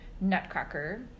nutcracker